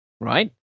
right